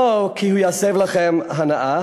לא כי הוא יסב לכם הנאה